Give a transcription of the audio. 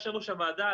יושב-ראש הוועדה,